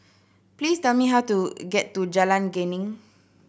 please tell me how to get to Jalan Geneng